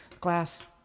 glass